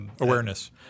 Awareness